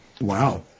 Wow